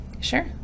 Sure